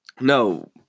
no